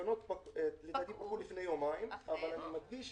התקנות פקעו לפני יומיים, אבל אני מדגיש